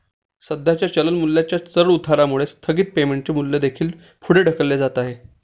सध्या चलन मूल्याच्या चढउतारामुळे स्थगित पेमेंटचे मूल्य देखील पुढे ढकलले जात आहे